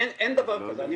אין דבר כזה.